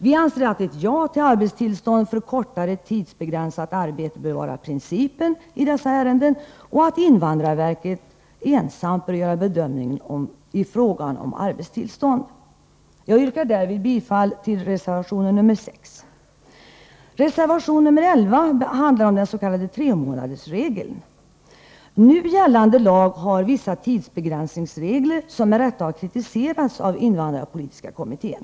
Vi anser att ett ja till arbetstillstånd för kortare tidsbegränsat arbete bör vara principen i dessa ärenden och att invandrarverket ensamt bör göra bedömningen av frågan om arbetstillstånd. Jag yrkar därmed bifall till reservation nr 6. Nu gällande lag har vissa tidsbegränsningsregler, som med rätta kritiserats av invandrarpolitiska kommittén.